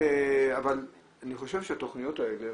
אני חושב שהתכניות האלה,